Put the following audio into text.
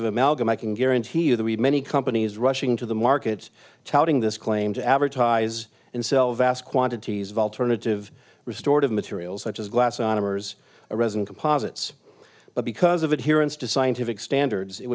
of amalgam i can guarantee you that the many companies rushing to the markets touting this claim to advertise and sell vast quantities of alternative restored of materials such as glass on a murs or resin composites but because of adherence to scientific standards it